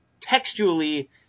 textually